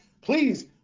Please